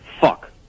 Fuck